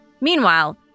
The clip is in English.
Meanwhile